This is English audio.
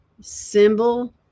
symbol